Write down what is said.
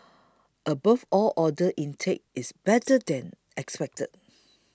above all order intake is better than expected